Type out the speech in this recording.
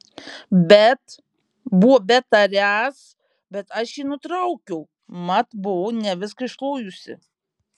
bet buvo betariąs bet aš jį nutraukiau mat buvau ne viską išklojusi